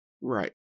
Right